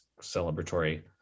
celebratory